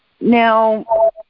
Now